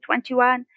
2021